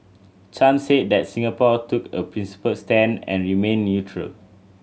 Chan said that Singapore took a principled stand and remained neutral